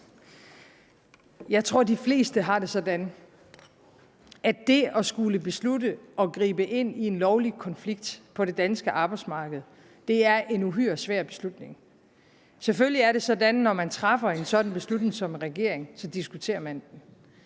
Jeg tror, at de fleste har det sådan, at det at skulle beslutte at gribe ind i en lovlig konflikt på det danske arbejdsmarked er en uhyre svær beslutning. Selvfølgelig er det sådan, når man træffer en sådan beslutning som regering, at man diskuterer den.